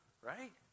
right